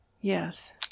yes